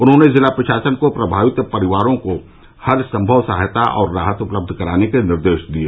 उन्होंने जिला प्रशासन को प्रभावित परिवारों को हरसम्भव सहायता और राहत उपलब्ध कराने के निर्देश दिए